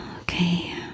okay